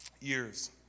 years